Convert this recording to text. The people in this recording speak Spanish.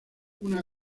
una